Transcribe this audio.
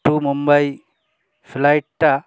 two Mumbai ফ্লাইটটা